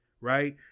Right